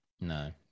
No